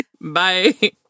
bye